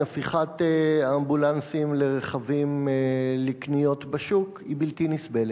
הפיכת האמבולנסים לרכבים לקניות בשוק היא בלתי נסבלת.